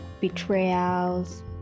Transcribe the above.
Betrayals